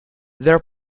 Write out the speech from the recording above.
there